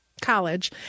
college